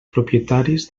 propietaris